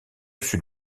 sud